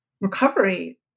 recovery